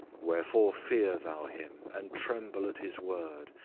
wherefore fear thou him, and tremble at his word,